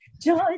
Joy